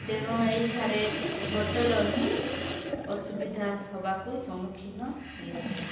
ତେଣୁ ଏଇଠାରେ ଭୋଟର ହିଁ ଅସୁବିଧା ହେବାକୁ ସମ୍ମୁଖୀନ ହେଇଥାଏ